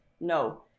no